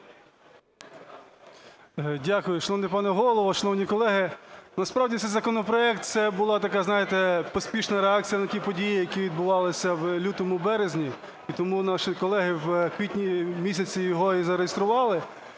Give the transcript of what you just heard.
Дякую. Шановний пане Голово! Шановні колеги! Насправді, цей законопроект – це була така, знаєте, поспішна реакція на ті події, які відбувалися в лютому-березні. І тому наші колеги в квітні місяці його і зареєстрували.